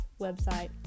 website